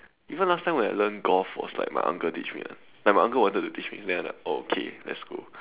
even last time when I learnt golf was like my uncle teach me [one] like my uncle wanted to teach me then I like oh okay let's go